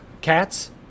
cats